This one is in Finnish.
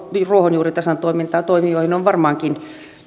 ruohonjuuritason toimintaan ja toimijoihin on varmaankin